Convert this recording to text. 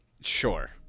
sure